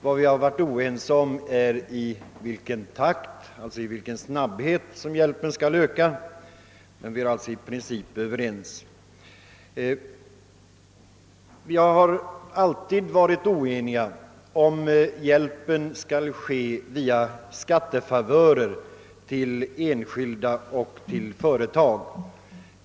Vad vi främst varit oense om är hur snabbt hjälpen skall öka, men i princip är vi alltså överens. Oenighet har också rått om huruvida hjälpen skall lämnas via skattefavörer till enskilda och till företag.